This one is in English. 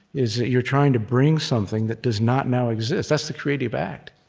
is that you're trying to bring something that does not now exist. that's the creative act.